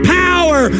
power